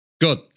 good